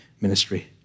ministry